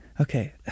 okay